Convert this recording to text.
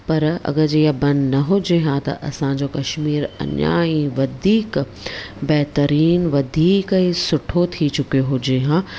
पर अगरि जीअं बंदि न हुजे आहे त असांजो कश्मीर अञा ई वधीक बहितरीनु वधीक ई सुठो थी चुकियो हुजे हा